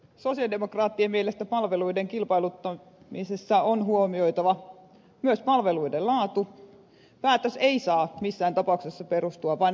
sosialidemokraattien mielestä palveluiden kilpailuttamisessa on huomioitava myös palveluiden laatu päätös ei saa missään tapauksessa perustua vain alhaiseen hintaan